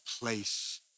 place